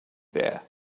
there